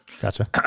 Gotcha